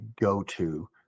go-to